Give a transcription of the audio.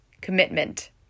Commitment